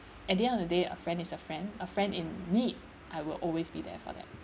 at the end of the day a friend is a friend a friend in need I will always be there for them